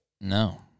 No